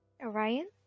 Orion